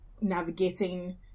navigating